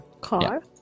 Car